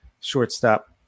shortstop